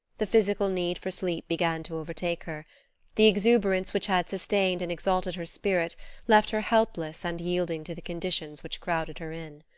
the physical need for sleep began to overtake her the exuberance which had sustained and exalted her spirit left her helpless and yielding to the conditions which crowded her in.